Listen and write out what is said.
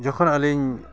ᱡᱚᱠᱷᱚᱱ ᱟᱹᱞᱤᱧ